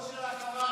תודה רבה.